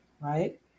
right